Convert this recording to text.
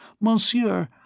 Monsieur